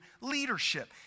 leadership